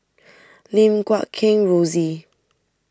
Lim Guat Kheng Rosie